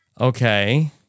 Okay